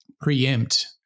preempt